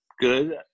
good